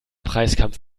preiskampf